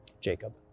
Jacob